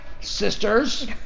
sisters